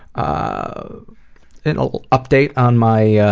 a little update on my